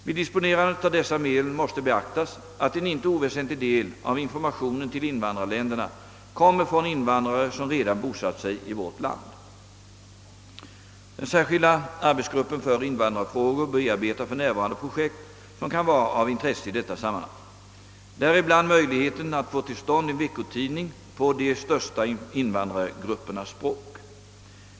Vid disponerandet av dessa medel måste beaktas att en inte oväsentlig del av informationen till invandrarländerna kommer från invandrare som redan bosatt sig i vårt land. Den särskilda arbetsgruppen för invandrarfrågor bearbetar för närvarande projekt som kan vara av intresse i detta sammanhang, däribland möjligheten att få till stånd en veckotidning på de största invandrargruppernas språk.